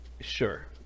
Sure